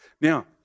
Now